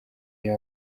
iyo